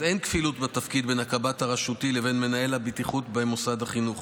אין כפילות בתפקיד בין הקב"ט הרשותי לבין מנהל הבטיחות במוסד החינוך.